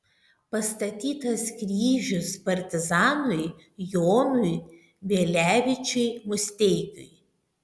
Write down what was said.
pastatytas kryžius partizanui jonui bielevičiui musteikiui